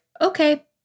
okay